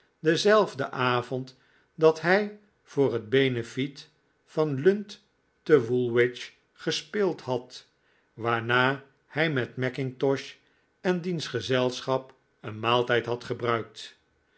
denzelfden avond dat hij voor het beneflet van lund te woolwich gespeeld had waarna hij met mackintosh en diens gezelschap een maaltijd had gebruikt